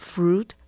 Fruit